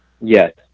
Yes